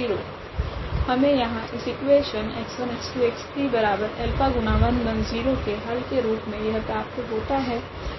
होगी हमे यहाँ इस इक्वेशन के हल के रूप मे यह प्राप्त होता है